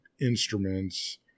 instruments